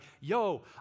yo